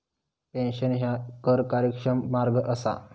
pension ह्या कर कार्यक्षम मार्ग असा